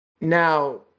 Now